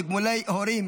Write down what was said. תגמולי הורים,